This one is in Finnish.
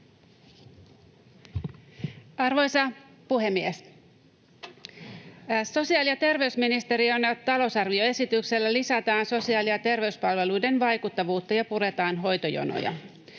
Arvoisa puhemies! Sosiaali- ja terveysministeriön talousarvioesityksellä lisätään sosiaali- ja terveyspalveluiden vaikuttavuutta ja puretaan hoitojonoja.